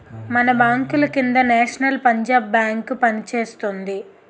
మన బాంకుల కింద నేషనల్ పంజాబ్ బేంకు పనిచేస్తోంది